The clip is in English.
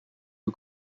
who